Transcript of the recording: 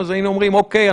אז היינו אומרים: אוקיי,